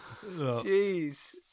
Jeez